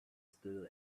still